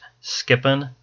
Skipping